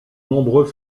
nombreux